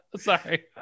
sorry